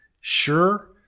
Sure